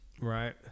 Right